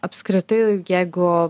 apskritai jeigu